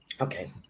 Okay